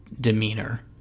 demeanor